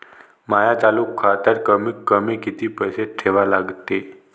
माया चालू खात्यात कमीत कमी किती पैसे ठेवा लागते?